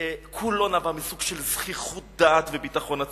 שכולו נבע מסוג של זחיחות דעת וביטחון עצמי,